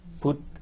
put